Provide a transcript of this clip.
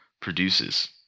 produces